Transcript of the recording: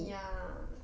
ya